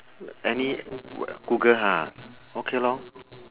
any google ha okay lor